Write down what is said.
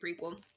prequel